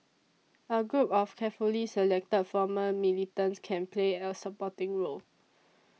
a group of carefully selected former militants can play a supporting role